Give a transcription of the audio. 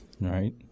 Right